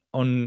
on